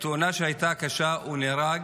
בתאונה שהייתה קשה הוא נהרג,